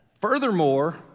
Furthermore